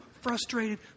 frustrated